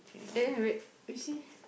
eh wait you see